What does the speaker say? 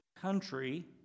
country